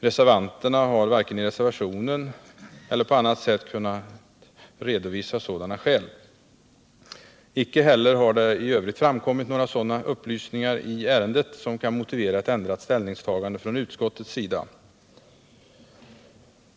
Reservanterna har varken i reservationen eller på annat sätt kunnat redovisa sådana skäl. Icke heller har det i övrigt framkommit några sådana upplysningar i ärendet som kan motivera ett ändrat ställningstagande från utskottets sida.